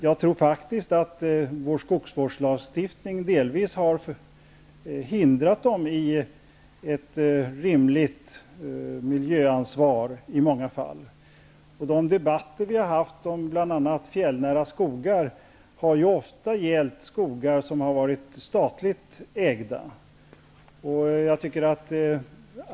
Jag tror faktiskt att vår skogsvårdslagstiftning delvis har hindrat dem i ett rimligt miljöansvar. De debatter vi har haft om bl.a. fjällnära skogar har ofta gällt skogar som har varit statligt ägda.